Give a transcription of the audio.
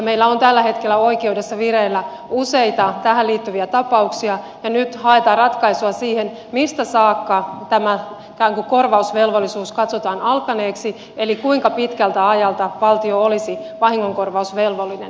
meillä on tällä hetkellä oikeudessa vireillä useita tähän liittyviä tapauksia ja nyt haetaan ratkaisua siihen mistä saakka tämä ikään kuin korvausvelvollisuus katsotaan alkaneeksi eli kuinka pitkältä ajalta valtio olisi vahingonkorvausvelvollinen